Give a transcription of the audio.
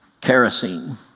kerosene